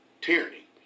tyranny